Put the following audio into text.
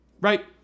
right